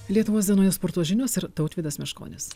lietuvos dienoje sporto žinios ir tautvydas meškonis